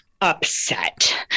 upset